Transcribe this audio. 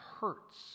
hurts